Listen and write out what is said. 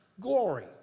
glory